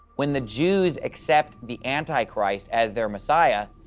when the jews accept the antichrist as their messiah,